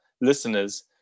listeners